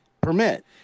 permit